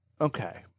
Okay